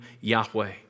Yahweh